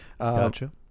Gotcha